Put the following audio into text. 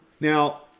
Now